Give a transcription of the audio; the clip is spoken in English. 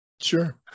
Sure